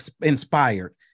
inspired